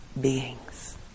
beings